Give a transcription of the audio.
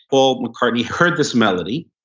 paul mccartney heard this melody,